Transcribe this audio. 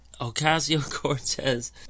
Ocasio-Cortez